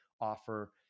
offer